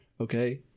Okay